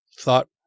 thought